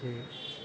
ठीक